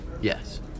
Yes